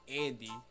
Andy